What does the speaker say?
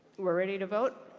we're ready to vote.